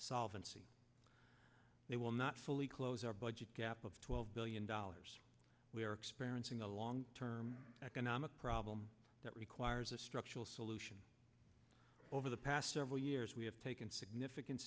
solvent they will not fully close our budget gap of twelve billion dollars we are experiencing a long term economic problem that requires a structural solution over the past several years we have taken significant